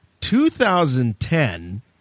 2010